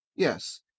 Yes